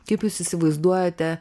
kaip jūs įsivaizduojate